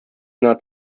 not